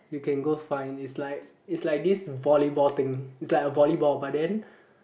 you can go find is like is like this volleyball thing is like a volleyball but then